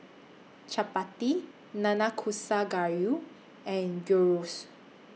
Chapati Nanakusa Gayu and Gyros